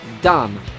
done